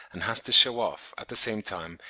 and has to shew off, at the same time,